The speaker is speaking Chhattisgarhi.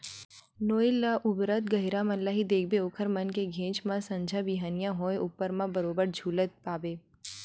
नोई ल बउरत गहिरा मन ल ही देखबे ओखर मन के घेंच म संझा बिहनियां होय ऊपर म बरोबर झुलत पाबे